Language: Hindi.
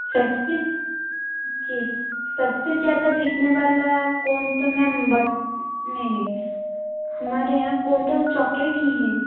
सब से जी सब से ज़्यादा बिकने वाला कोन तो मैम बट नहीं नहीं हमारे यहाँ कोन तो चॉकलेट ही है